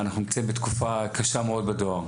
אנחנו נמצאים בתקופה קשה מאוד בדואר,